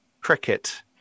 Cricket